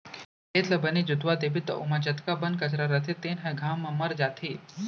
खेत ल बने जोतवा देबे त ओमा जतका बन कचरा रथे तेन ह घाम म मर जाथे